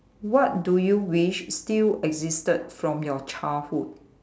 what do you wish still existed from your childhood